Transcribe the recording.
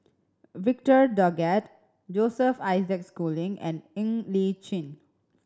Victor Doggett Joseph Isaac Schooling and Ng Li Chin